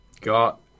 Got